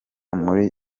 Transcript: muri